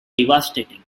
devastating